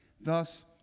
Thus